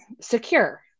secure